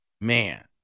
man